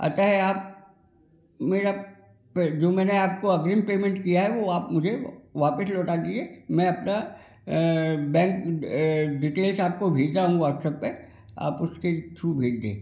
अत आप मेरा पै जो मैंने आपको अग्रिम पेमेंट किया है वो आप मुझे वापस लौटा दीजिये मैं अपना अ बैंक अ डिटेल्स आपको भेज रहा हूँ व्हाट्सएप्प पर आप उसके थ्रू भेज दें